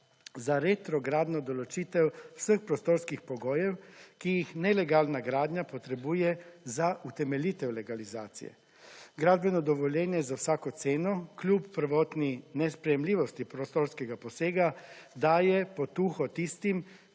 za retro gradnjo določitev vseh prostorskih pogojev, ki jih nelegalna gradnja potrebuje za utemeljitev legalizacije. Gradbeno dovoljenje za vsako ceno kljub prvotni nesprejemljivosti prostorskega posega daje potuho tistim,